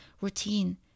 routine